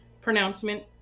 pronouncement